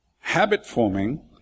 Habit-forming